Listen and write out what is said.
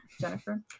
Jennifer